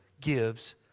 gives